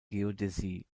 geodäsie